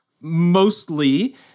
mostly